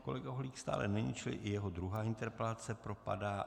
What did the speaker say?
Kolega Holík stále není, čili i jeho druhá interpelace propadá.